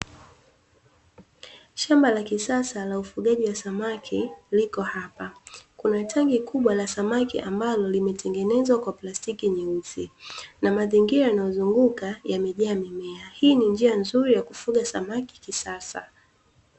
Shamba la kisasa la ufugaji wa samaki liko hapa, kuna tanki kubwa la samaki ambalo limetengenezwa kwa plastiki nyeusi na mazingira yanayozunguka yamejaa mimea, hii ni njia nzuri ya kufuga samaki kisasa.